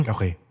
Okay